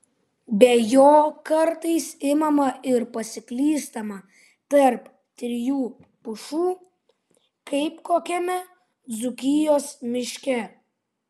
be jo kartais imama ir pasiklystama tarp trijų pušų kaip kokiame dzūkijos miške